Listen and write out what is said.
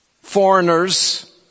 foreigners